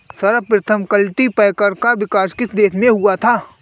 सर्वप्रथम कल्टीपैकर का विकास किस देश में हुआ था?